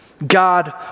God